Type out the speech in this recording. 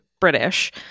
British